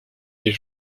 des